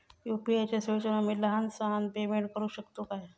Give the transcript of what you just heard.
UPI च्या सेवेतून आम्ही लहान सहान पेमेंट करू शकतू काय?